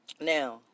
Now